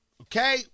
Okay